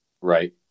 right